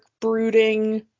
brooding